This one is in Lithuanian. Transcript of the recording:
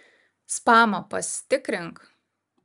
spamą pasitikrink